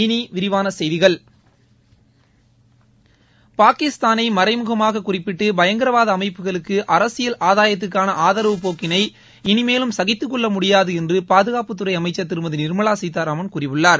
இனி விரிவான செய்திகள் பாகிஸ்தானை மறைமுகமாக குறிப்பிட்டு பயங்கரவாத அமைப்புகளுக்கு அரசியல் ஆதாயத்துக்கான ஆதரவுப் போக்கினை இனிமேலும் சகித்துக்கொள் முடியாது என்று பாதுகாப்பு அமைச்சர் திருமதி நீர்மவா சீத்தாராமன் கூறியுள்ளார்